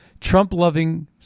Trump-loving